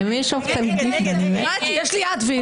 מי נמנע?